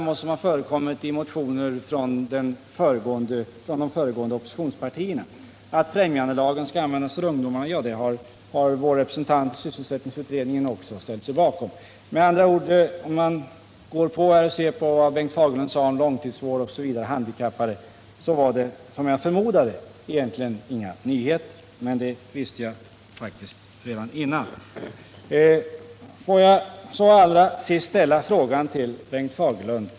Sådana förslag har också förekommit i motioner från de föregående oppositionspartierna. Att främjandelagen skall användas för ungdomarna har vår representant i sysselsättningsutredningen också ställt sig bakom. Med andra ord: Om man ser på vad Bengt Fagerlund sade om långtidsvård och annat finner man att det, som jag förmodade, egentligen inte var några nyheter. Får jag så allra sist ställa en fråga till Bengt Fagerlund.